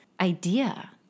idea